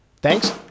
Thanks